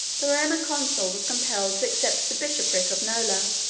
the roman consul was compelled to accept the bishopric of nola,